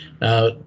Now